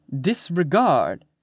disregard